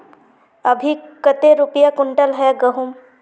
अभी कते रुपया कुंटल है गहुम?